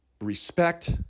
respect